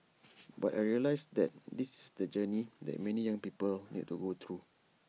but I realised that this is the journey that many young people need to go through